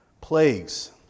plagues